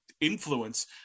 influence